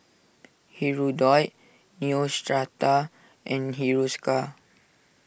Hirudoid Neostrata and Hiruscar